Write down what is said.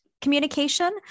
communication